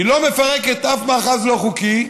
היא לא מפרקת אף מאחז לא חוקי,